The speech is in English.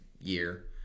year